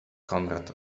konrad